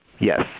Yes